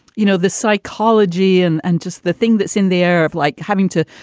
you know, the psychology and and just the thing that's in there of like having to.